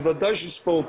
בוודאי שספורט,